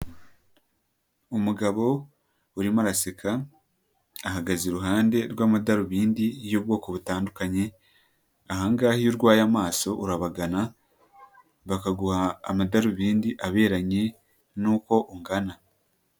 Umugabo urimo araseka, ahagaze iruhande rw'amadarubindi y'ubwoko butandukanye, aha ngaha iyo urwaye amaso urabagana, bakaguha amadarubindi aberanye n'uko ungana.